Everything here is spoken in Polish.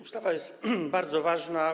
Ustawa jest bardzo ważna.